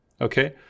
okay